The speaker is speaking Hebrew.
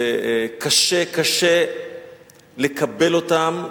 שקשה-קשה לקבל אותם,